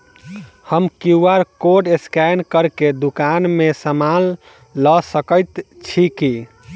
हम QR code scan कऽ केँ दुकान मे समान लऽ सकैत छी की?